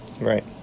right